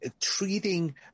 treating